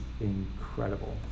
incredible